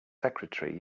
secretary